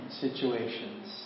situations